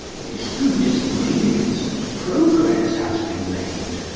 it is through disobedience that progress has been made,